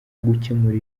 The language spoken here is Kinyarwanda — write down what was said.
gukemura